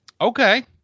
Okay